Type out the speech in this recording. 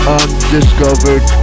undiscovered